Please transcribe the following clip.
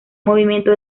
movimiento